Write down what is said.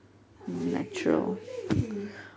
tak boleh tak boleh